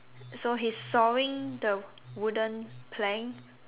so he is sawing the wooden plank